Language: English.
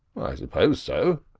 i suppose so.